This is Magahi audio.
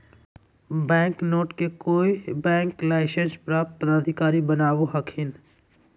बैंक नोट के कोय बैंक लाइसेंस प्राप्त प्राधिकारी बनावो हखिन